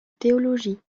théologie